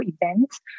events